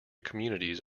communities